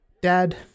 dad